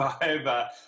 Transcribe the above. five